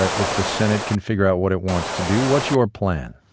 ah if the senate can figure out what it wants to do, what's your plan?